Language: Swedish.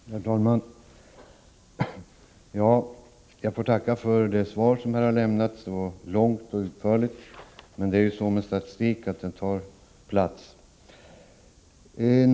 Herr talman! Jag får tacka för det svar som har lämnats. Det var långt och utförligt, men det är ju så med statistik att den tar plats.